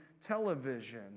television